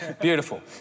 Beautiful